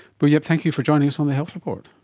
bu yeap, thank you for joining us on the health report.